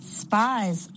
spies